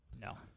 No